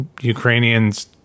Ukrainians